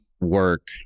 work